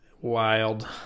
wild